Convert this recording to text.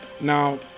Now